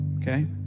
Okay